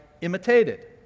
imitated